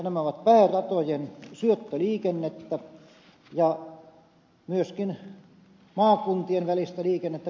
nämä ovat pääratojen syöttöliikennettä ja myöskin maakuntien välistä liikennettä